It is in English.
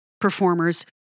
performers